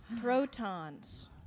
Protons